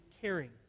caring